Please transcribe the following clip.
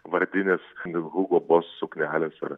vardinės hugo boss suknelės yra